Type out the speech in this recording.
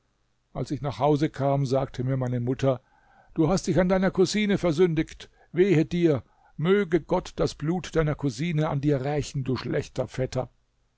als ich nach hause kam sagte mir meine mutter du hast dich an deiner cousine versündigt wehe dir möge gott das blut deiner cousine an dir rächen du schlechter vetter